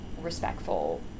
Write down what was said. respectful